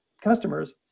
customers